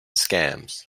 scams